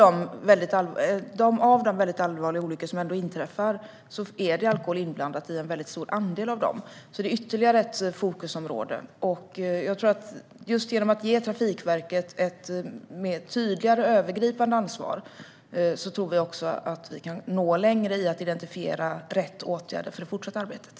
Men utifrån statistiken kan vi se att alkohol ändå är inblandat i en stor andel av de väldigt allvarliga olyckor som inträffar. Det är alltså ytterligare ett fokusområde. Just genom att ge Trafikverket ett tydligare övergripande ansvar tror vi att man kan nå längre när det gäller att identifiera rätt åtgärder för det fortsatta arbetet.